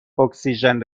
اکسیژن